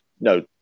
No